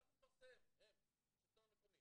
שהשלטון המקומי